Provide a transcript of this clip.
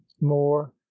more